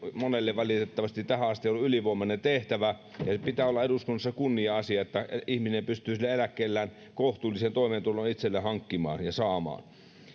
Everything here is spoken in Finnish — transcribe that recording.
monelle valitettavasti tähän asti ollut ylivoimainen tehtävä sen pitää olla eduskunnassa kunnia asia että ihminen pystyy eläkkeellään kohtuullisen toimeentulon itselleen hankkimaan ja saamaan